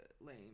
lame